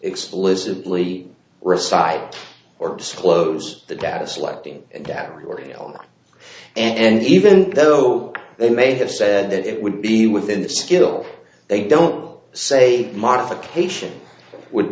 explicitly recite or disclose the data selecting them ordeal and even though they may have said that it would be within the skill they don't say modification would